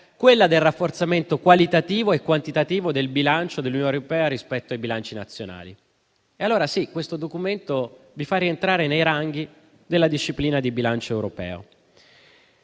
e del rafforzamento qualitativo e quantitativo del bilancio dell'Unione europea rispetto ai bilanci nazionali. E allora sì, questo documento vi fa rientrare nei ranghi della disciplina di bilancio europeo.